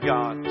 God